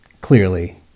clearly